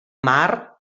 mar